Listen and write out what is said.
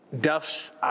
Duffs